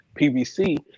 PVC